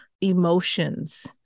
emotions